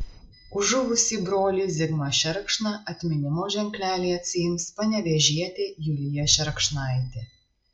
už žuvusį brolį zigmą šerkšną atminimo ženklelį atsiims panevėžietė julija šerkšnaitė